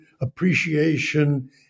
appreciation